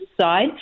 side